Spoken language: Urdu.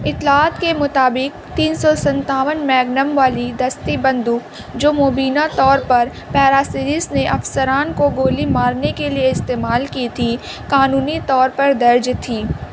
اطلاعات کے مطابق تین سو ستاون میگنم والی دستی بندوق جو مبینہ طور پر پیرا سیریس نے افسران کو گولی مارنے کے لیے استعمال کی تھی قانونی طور پر درج تھی